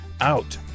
out